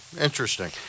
interesting